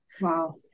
Wow